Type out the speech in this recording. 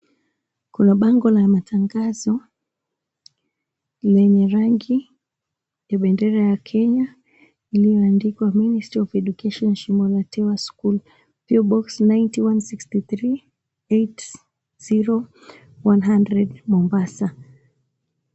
Kuna bango la matangazo lenye rangi ya bendera ya Kenya lililo andikwa Ministry Of Education Shimo La Tewa School, P.O Box 9163-80100 Mombasa.